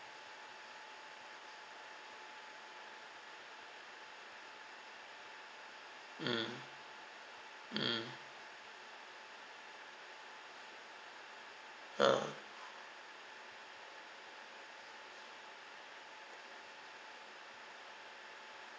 mm mm uh